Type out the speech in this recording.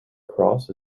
cross